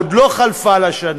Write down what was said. עוד לא חלפה לה שנה: